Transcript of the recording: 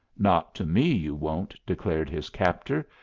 not to me, you won't, declared his captor.